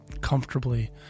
comfortably